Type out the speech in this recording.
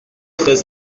très